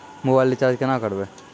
Mobile recharge केना करबै?